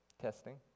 Testing